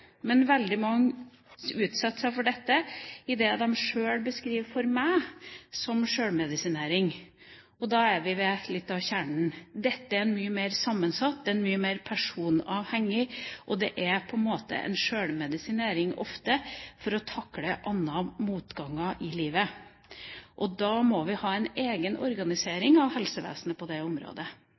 men veldig mange utsetter seg for dette gjennom det de sjøl beskriver for meg som sjølmedisinering. Og da er vi ved litt av kjernen. Dette er mye mer sammensatt og mye mer personavhengig. Det er på en måte en sjølmedisinering, ofte for å takle annen motgang i livet. Da må vi ha en egen organisering av helsevesenet på det området.